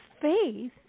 faith